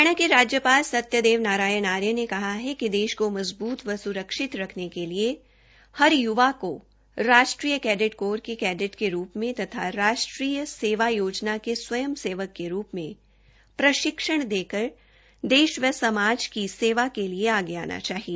हरियाणा के राज्यपाल सत्यदेव नारायण आर्य ने कहा है कि देश को मबजूत व सुरक्षित रख्ने के लिए हर युवा को राष्ट्रीय कैडेट कोर के कैडेट के रूप में तथा राष्ट्रीय सेवा योजना के स्वयं सेवक के रूप मे प्रशिक्षण लेकर देश व समाज की सेवा के लिए आगे आना चाहिए